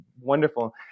wonderful